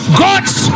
god's